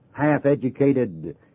half-educated